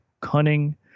cunning